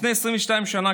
לפני 22 שנה,